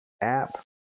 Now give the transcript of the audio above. app